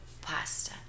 pasta